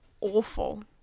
Awful